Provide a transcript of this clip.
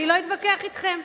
אני לא אתווכח אתכם.